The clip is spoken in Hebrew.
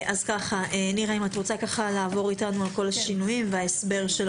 נירה, תוכלי לעבור על השינויים וההסבר?